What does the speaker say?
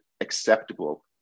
acceptable